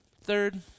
Third